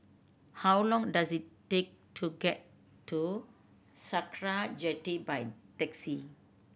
how long does it take to get to Sakra Jetty by taxi